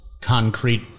concrete